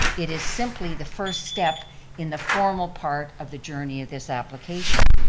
it is simply the first step in the formal part of the journey of this application.